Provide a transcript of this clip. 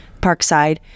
Parkside